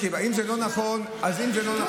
בקשר לתאונת הדרכים של הרכבת, אז ראשית,